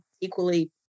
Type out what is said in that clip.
equally